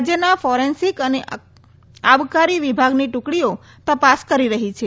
રાજ્યના ફોરેન્સીક અને અખબારી વિભાગની દ્રકડીઓ તપાસ કરી રહી છે